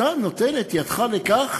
אתה נותן את ידך לכך